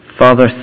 Father